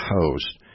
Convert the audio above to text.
host